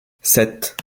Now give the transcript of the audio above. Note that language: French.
sept